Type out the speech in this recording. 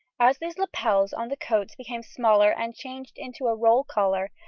as these lapels on the coats became smaller and changed into a roll collar,